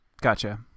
Gotcha